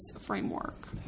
framework